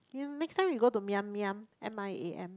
you next time you go to Miam-Miam M I A M